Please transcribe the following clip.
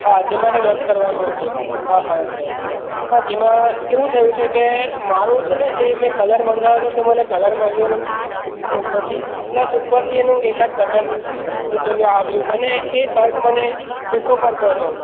હા તે મારે રદ કરવાનું હતું હા હા સર હા તેમાં એવું થયું છે કે મારો છે ને જે મેં કલર મંગાવેલો તે મને કલર મળ્યો નથી પ્લસ ઉપરથી એનું એકાદ બટન તૂટેલું આવ્યું અને એ શટ મને ટૂંકો પડતો હતો